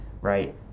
right